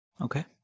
okay